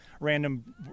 random